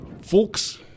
Folks